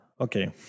okay